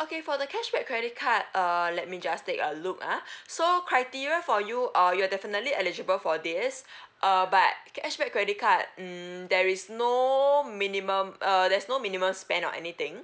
okay for the cashback credit card uh let me just take a look ah so criteria for you uh you're definitely eligible for this uh but cashback credit card uh there is no minimum uh there's no minimum spend or anything